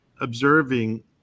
observing